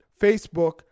Facebook